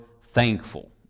thankful